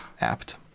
apt